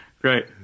Great